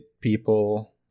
people